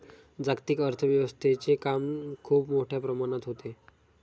जागतिक आर्थिक व्यवस्थेचे काम खूप मोठ्या प्रमाणात होते